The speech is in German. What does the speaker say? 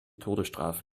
todesstrafe